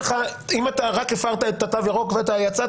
אם רק הפרת את התו הירוק ויצאת,